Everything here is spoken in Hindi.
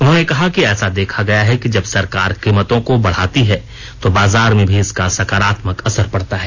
उन्होंने कहा कि ऐसा देखा गया है कि जब सरकार कीमतों को बढाती है तो बाजार में भी इसका सकारात्मक असर पडता है